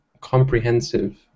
comprehensive